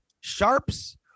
Sharps